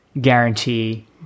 guarantee